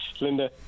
linda